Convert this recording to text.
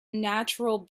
natural